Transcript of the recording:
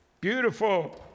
beautiful